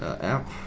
App